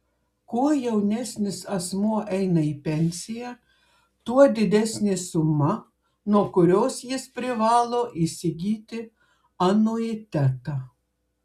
kuo jaunesnis asmuo eina į pensiją tuo didesnė suma nuo kurios jis privalo įsigyti anuitetą